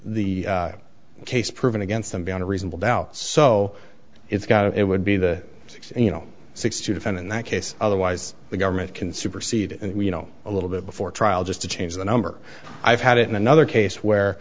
case proven against them beyond a reasonable doubt so it's got it would be the you know six to ten in that case otherwise the government can supersede and you know a little bit before trial just to change the number i've had it in another case where